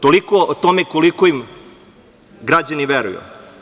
Toliko o tome koliko im građani veruju.